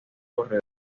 corredor